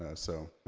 ah so,